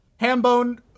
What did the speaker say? Hambone